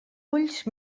ulls